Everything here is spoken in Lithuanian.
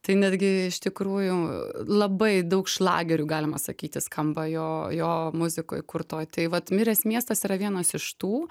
tai netgi iš tikrųjų labai daug šlagerių galima sakyti skamba jo jo muzikoj kurtoj tai vat miręs miestas yra vienas iš tų